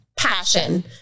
Passion